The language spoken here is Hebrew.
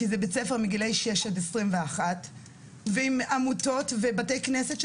כי זה בית ספר מגילאי שש ועד 21 ועם עמותות ובתי כנסת,